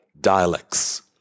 dialects